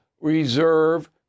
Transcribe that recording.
reserve